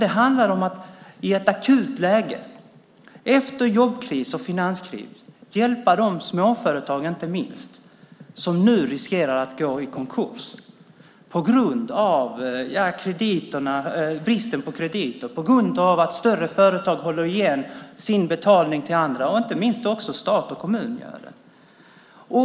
Den handlar om att i ett akut läge, efter jobbkris och finanskris, hjälpa de företag, inte minst småföretag, som nu riskerar att gå i konkurs på grund av bristen på krediter, på grund av att större företag håller igen sin betalning till andra och att inte minst också stat och kommun gör det.